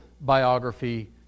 biography